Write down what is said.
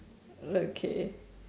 okay